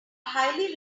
highly